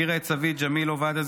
הכירה את סבי ג'מיל עובדיה,